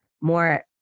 more